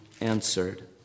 answered